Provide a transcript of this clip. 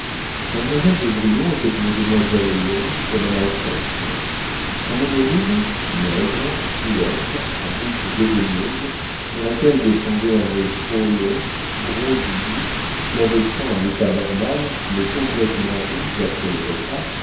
mademoiselle d'aubrion était une demoiselle longue comme l'insecte son homonyme maigre fluette à bouche dédaigneuse sur laquelle descendait un nez trop long gros du bout flavescent à l'état normal mais complétement rouge après les repas